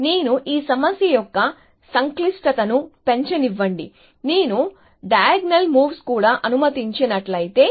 నేను ఈ సమస్య యొక్క సంక్లిష్టతను పెంచనివ్వండి నేను డైయగ్నల్ మూవ్స్ కూడా అనుమతించి నట్లయితే